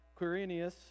Quirinius